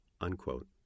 Unquote